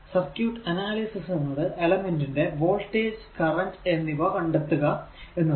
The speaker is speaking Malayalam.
സർക്യൂട് അനാലിസിസ് എന്നത് എലെമെന്റിന്റെ വോൾടേജ് കറന്റ് എന്നിവ കണ്ടെത്തുക എന്നതാണ്